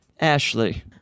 Ashley